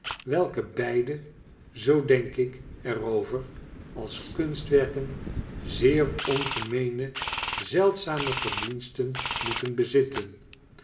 welke beide zoo denk ik er over als kunstwerken zeer ongemeene zeldzame verdiensten moeten bezitten